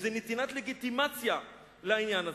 זאת נתינת לגיטימציה לעניין הזה.